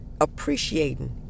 appreciating